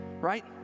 right